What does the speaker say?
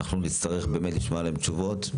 אנחנו נצטרך באמת לשמוע עליהן תשובות.